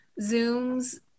Zoom's